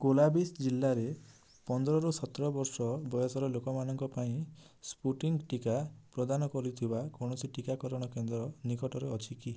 କୋଲାସିବ ଜିଲ୍ଲାରେ ପନ୍ଦରରୁ ସତର ବର୍ଷ ବୟସର ଲୋକମାନଙ୍କ ପାଇଁ ସ୍ପୁଟନିକ୍ ଟିକା ପ୍ରଦାନ କରୁଥିବା କୌଣସି ଟିକାକରଣ କେନ୍ଦ୍ର ନିକଟରେ ଅଛି କି